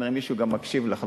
כנראה מישהו מקשיב לך,